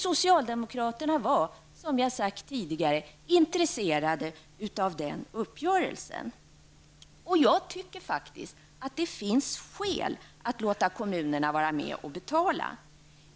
Socialdemokraterna var, som jag sagt tidigare, intresserade av den uppgörelsen. Jag tycker faktiskt att det finns skäl att låta kommunerna vara med och betala.